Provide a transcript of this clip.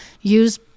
use